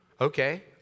Okay